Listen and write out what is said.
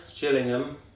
Gillingham